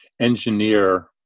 engineer